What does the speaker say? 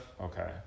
Okay